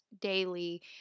daily